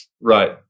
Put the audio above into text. Right